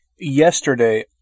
Yesterday